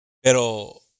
Pero